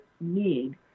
need